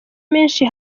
menshi